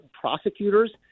Prosecutors